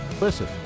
Listen